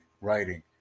writing